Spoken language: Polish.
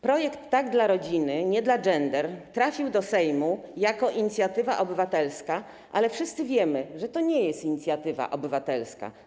Projekt „Tak dla rodziny, nie dla gender” trafił do Sejmu jako inicjatywa obywatelska, ale wszyscy wiemy, że to nie jest inicjatywa obywatelska.